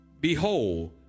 Behold